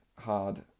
hard